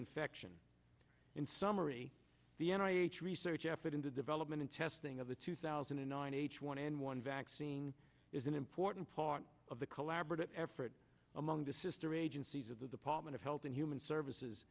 infection in summary the n i m h research effort into development in testing of the two thousand and nine h one n one vaccine is an important part of the collaborative effort among the sister agencies of the department of health and human services